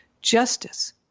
justice